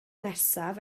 nesaf